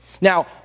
Now